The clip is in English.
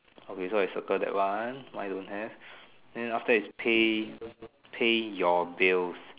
okay so I circle that one mine don't have then after that is pay pay your bills